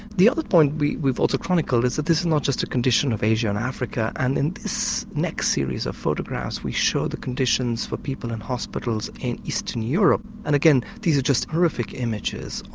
the other point we've also chronicled is that this is not just a condition of asia and africa, and in this next series of photographs we show the conditions for people in hospitals in eastern europe and again these are just horrific images.